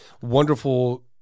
wonderful